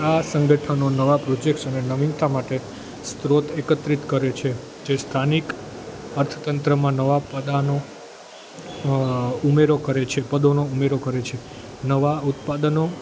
આ સંગઠનો નવા પ્રોજેક્ટ્સ અને નવીનતા માટે સ્રોત એકત્રિત કરે છે જે સ્થાનિક અર્થતંત્રમાં નવા પદાનો ઉમેરો કરે છે પદોનો ઉમેરો કરે છે નવા ઉત્પાદનો